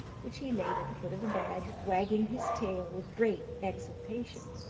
which he laid at the foot of the bed, wagging his tail with great exultation.